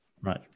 Right